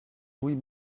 louis